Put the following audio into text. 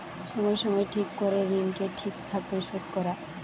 সময় সময় ঠিক করে ঋণকে ঠিক থাকে শোধ করা